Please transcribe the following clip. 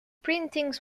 printings